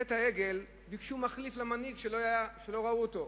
בחטא העגל ביקשו מחליף למנהיג שלא ראו אותו.